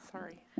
Sorry